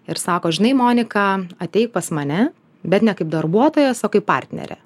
ir sako žinai monika ateik pas mane bet ne kaip darbuotojas o kaip partnerė